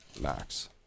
Max